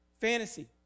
Fantasy